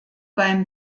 beim